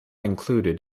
included